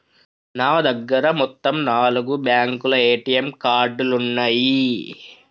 నా దగ్గర మొత్తం నాలుగు బ్యేంకుల ఏటీఎం కార్డులున్నయ్యి